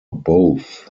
both